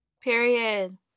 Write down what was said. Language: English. Period